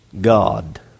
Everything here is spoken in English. God